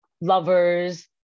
lovers